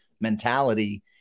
mentality